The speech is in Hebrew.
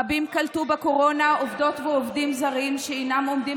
רבים קלטו בקורונה עובדות ועובדים זרים שאינם עומדים